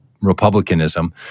republicanism